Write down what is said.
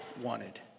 wanted